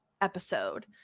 episode